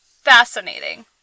fascinating